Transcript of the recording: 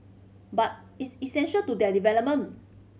but it's essential to their development